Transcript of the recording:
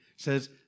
says